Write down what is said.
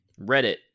Reddit